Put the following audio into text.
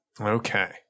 Okay